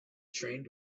trained